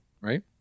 right